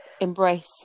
embrace